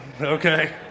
Okay